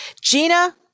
Gina